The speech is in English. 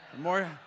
more